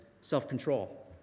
self-control